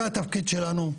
זה התפקיד שלנו.